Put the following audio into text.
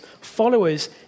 followers